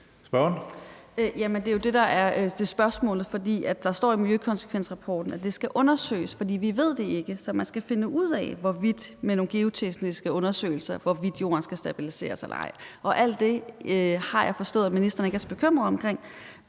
der er spørgsmålet, for der står i miljøkonsekvensrapporten, at det skal undersøges, for vi ved det ikke. Så man skal med nogle geotekniske undersøgelse finde ud af, hvorvidt jorden skal stabiliseres eller ej. Alt det har jeg forstået at ministeren ikke er så bekymret for,